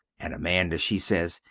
and amanda she sez,